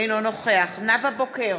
בעד נאוה בוקר,